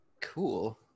Cool